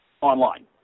online